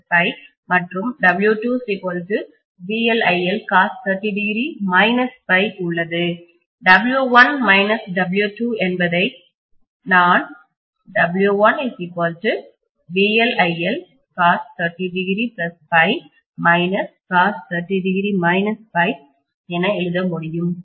W1 W2 என்பதை நான் என எழுத முடியும் மற்றும் இதை